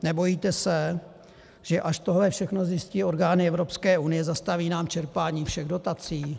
Nebojíte se, že až tohle všechno zjistí orgány Evropské unie, zastaví nám čerpání všech dotací?